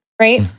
Right